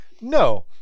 no